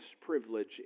privilege